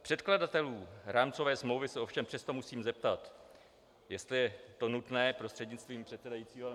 Předkladatelů rámcové smlouvy se ovšem přesto musím zeptat jestli je to nutné prostřednictvím předsedajícího?